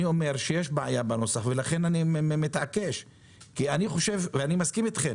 אני אומר שיש בעיה בנוסח ולכן אני מתעקש כי אני מסכים אתכם